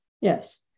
Yes